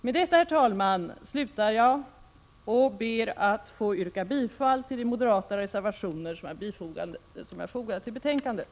Med detta, herr talman, slutar jag och ber att få yrka bifall till de moderata reservationer som är fogade till betänkandet.